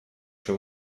się